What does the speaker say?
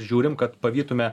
žiūrim kad pavytume